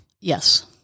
Yes